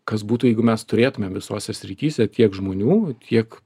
kas būtų jeigu mes turėtumėm visose srityse tiek žmonių tiek